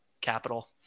capital